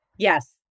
Yes